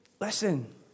listen